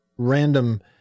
random